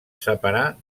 separar